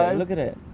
look at it.